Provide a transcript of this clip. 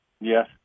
Yes